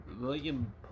William